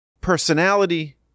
personality